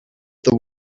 the